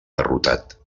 derrotat